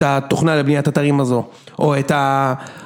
התוכנה לבניית אתרים הזו או את